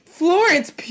Florence